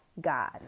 God